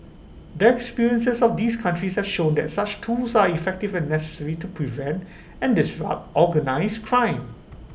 that experiences of these countries have shown that such tools are effective and necessary to prevent and disrupt organised crime